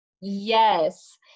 Yes